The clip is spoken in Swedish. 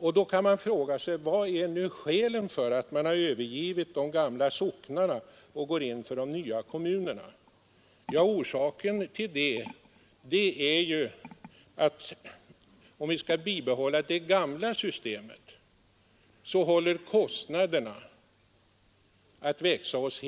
Nå, då kan man fråga vad skälet är till att man har övergivit de gamla socknarna som registerområden och i stället gått in för de nya kommunerna. Orsaken är att med det gamla systemet skulle kostnaderna snart växa oss